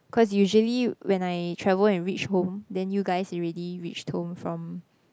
cause usually when I travel and reach home then you guys already reached home from